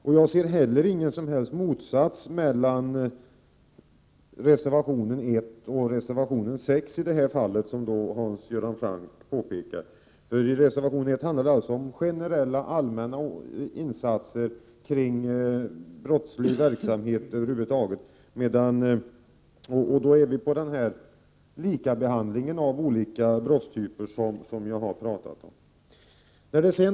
Jag ser inte heller någon som helst motsats mellan reservation 1 och reservation 6 i det här fallet, som Hans Göran Franck här gjorde gällande. Reservation 1 handlar om generella insatser i fråga om brottslig verksamhet, med lika behandling av olika typer av brott.